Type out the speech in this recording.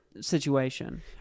situation